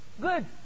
good